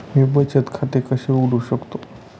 मी बचत खाते कसे उघडू शकतो?